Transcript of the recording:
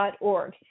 Org